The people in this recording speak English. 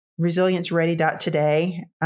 ResilienceReady.today